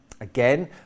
Again